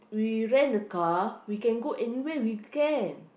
we rent a car we can go anywhere we can